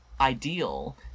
ideal